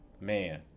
man